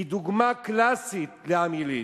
היא דוגמה קלאסית לעם יליד.